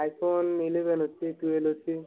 iPhone eleven ଅଛି twelve ଅଛି